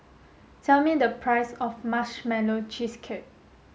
tell me the price of marshmallow cheesecake